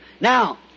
Now